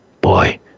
Boy